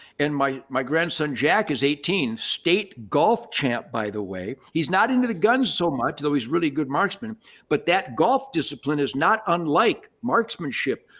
and my my grandson jack is eighteen, state golf champ by the way. he's not into the gun so much though he's a really good marksman but that golf discipline is not unlike marksmanship.